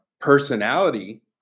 personality